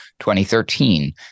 2013